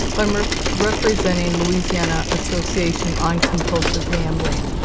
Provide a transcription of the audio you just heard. i'm representing louisiana association on compulsive gambling.